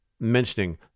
mentioning